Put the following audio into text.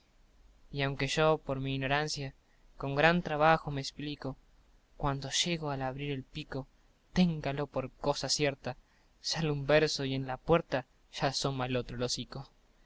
y aunque yo por mi inorancia con gran trabajo me esplico cuando llego a abrir el pico tengaló por cosa cierta sale un verso y en la puerta ya asoma el otro el hocico